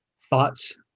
thoughts